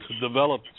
develop